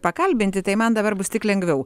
pakalbinti tai man dabar bus tik lengviau